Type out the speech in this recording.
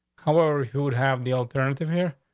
however, who would have the alternative here?